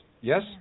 Yes